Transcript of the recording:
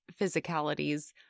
physicalities